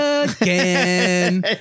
again